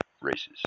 races